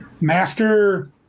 Master